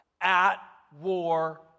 at-war